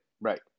right